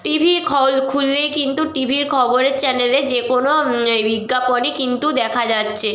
TV খ খুললেই কিন্তু টিভির খবরের চ্যানেলে যে কোনো এ বিজ্ঞাপনই কিন্তু দেখা যাচ্ছে